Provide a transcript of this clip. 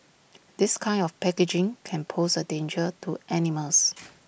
this kind of packaging can pose A danger to animals